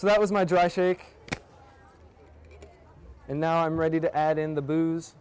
so that was my dry shake and now i'm ready to add in the booze